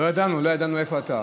לא ידענו איפה אתה.